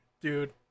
dude